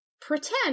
pretend